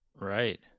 Right